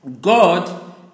God